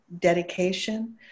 dedication